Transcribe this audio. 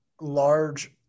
large